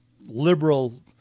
liberal